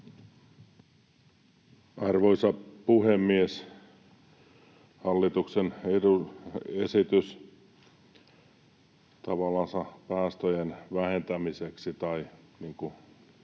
Arvoisa puhemies! Hallituksen esitys päästöjen vähentämiseksi — tai niin